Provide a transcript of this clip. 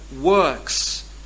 works